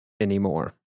anymore